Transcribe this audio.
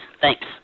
Thanks